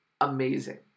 amazing